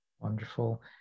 Wonderful